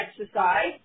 exercise